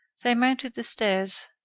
they mounted the stairs,